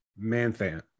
Manthan